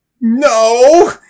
no